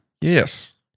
Yes